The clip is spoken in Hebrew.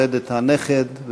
אלא לברך אתכם להולדת הנכד,